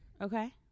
Okay